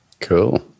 Cool